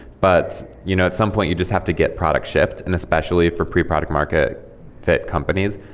but you know at some point, you just have to get product shipped. and especially for pre-product market fit companies,